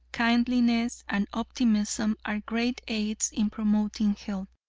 kindliness and optimism are great aids in promoting health.